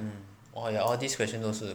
orh ya all this question 都是